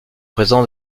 présent